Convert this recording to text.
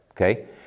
Okay